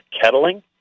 kettling